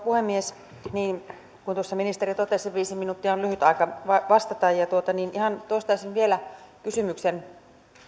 puhemies niin kuin tuossa ministeri totesi viisi minuuttia on lyhyt aika vastata ja toistaisin vielä kysymyksen